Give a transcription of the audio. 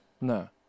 No